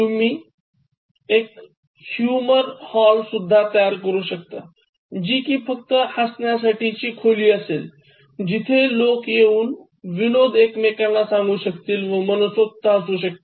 तुम्ही एक humour hall सुद्धा तयार करू शकता जी कि फक्त हसण्यासाठीची खोली असेल जिथे लोक येऊन विनोद एकमेकांना सांगू शकतील व मनसोक्त हसू शकतील